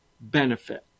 benefit